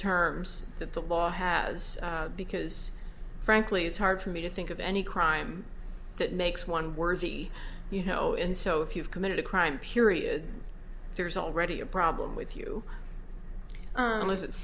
terms that the law has because frankly it's hard for me to think of any crime that makes one worthy you know in so if you've committed a crime period there's already a problem with you unless it's